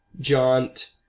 Jaunt